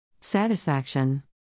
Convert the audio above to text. Satisfaction